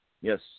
Yes